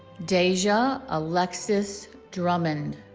deja alexis drummond